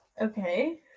Okay